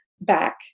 back